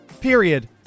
period